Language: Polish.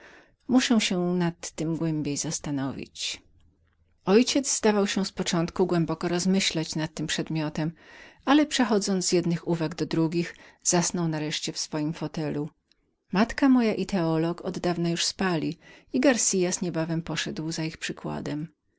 muszę się nad tem głębiej zastanowić mój ojciec zdawał się z początku głęboko rozmyślać nad tym przedmiotem ale przechodząc z jednych uwag do drugich zasnął nareszcie w swojem krześle matka moja i teolog oddawna już spali i garcias niebawem poszedł za ich przykładem